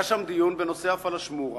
היה שם דיון בנושא הפלאשמורה,